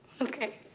okay